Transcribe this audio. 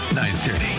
930